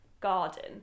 garden